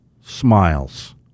Smiles